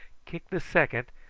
kicked the second,